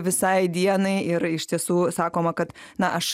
visai dienai ir iš tiesų sakoma kad na aš